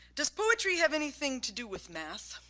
does poetry have anything to do with math?